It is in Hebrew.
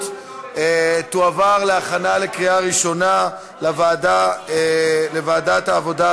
תועבר להכנה לקריאה ראשונה לוועדת העבודה,